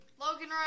Logan